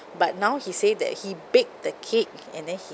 but now he said that he baked the cake and then he